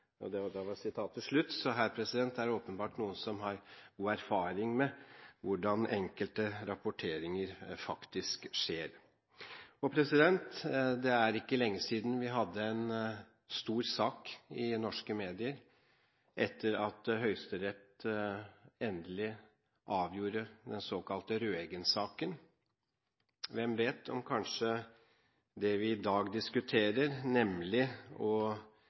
det åpenbart noen som har god erfaring med hvordan enkelte rapporteringer faktisk skjer. Det er ikke lenge siden vi hadde en stor sak i norske medier etter at Høyesterett endelig avgjorde den såkalte Røeggen-saken. Hvem vet om det vi i dag diskuterer, nemlig å